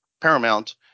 paramount